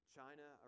China